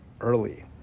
early